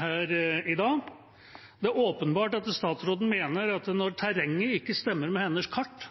her i dag. Det er åpenbart at statsråden mener at når terrenget ikke stemmer med hennes kart,